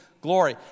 glory